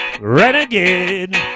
Renegade